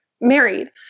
married